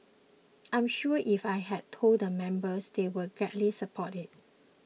I'm sure if I had told the members they would gladly support it